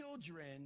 children